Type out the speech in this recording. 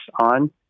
on